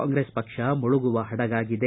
ಕಾಂಗ್ರೆಸ್ ಪಕ್ಷ ಮುಳುಗುವ ಪಡುಗಾಗಿದೆ